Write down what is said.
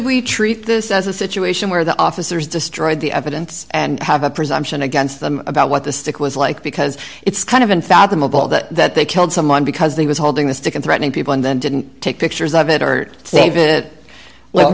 we treat this as a situation where the officers destroyed the evidence and have a presumption against them about what the stick was like because it's kind of unfathomable that that they killed someone because they was holding the stick and threatening people and then didn't take pictures of it art save it well